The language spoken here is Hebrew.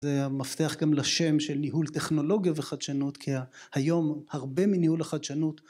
זה המפתח גם לשם של ניהול טכנולוגיה וחדשנות כי היום הרבה מניהול החדשנות